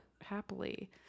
happily